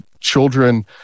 children